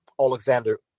Alexander